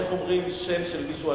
איך אומרים שם של מישהו,